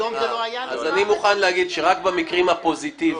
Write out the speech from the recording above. אני מוכן להגיד שרק במקרים הפוזיטיביים,